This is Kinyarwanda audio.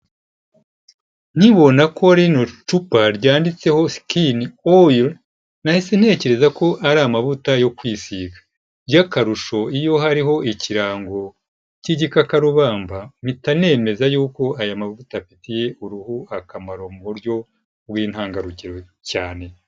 Nkibona ko rino cupa ryanditseho Skin Oil, nahise ntekereza ko ari amavuta yo kwisiga. By'akarusho iyo hariho ikirango cy'igikakarubamba, mpita nemeza y'uko aya mavuta afitiye uruhu akamaro mu buryo bw'intangarugero cyane.